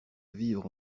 vivre